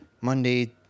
Monday